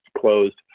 closed